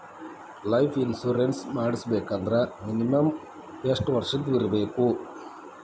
Life insurance ಮಾಡ್ಸ್ಬೇಕಂದ್ರ minimum ಯೆಷ್ಟ್ ವರ್ಷ ದವ್ರಿರ್ಬೇಕು?